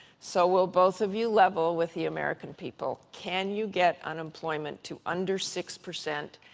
so will both of you level with the american people? can you get unemployment to under six percent,